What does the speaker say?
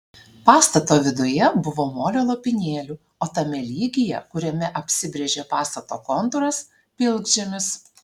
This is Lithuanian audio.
pastato viduje buvo molio lopinėlių o tame lygyje kuriame apsibrėžė pastato kontūras pilkžemis